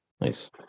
Nice